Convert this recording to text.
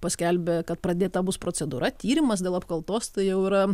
paskelbė kad pradėta bus procedūra tyrimas dėl apkaltos tai jau yra